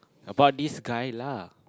about this guy lah